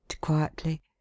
quietly